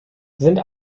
sind